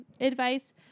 advice